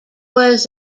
was